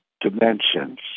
dimensions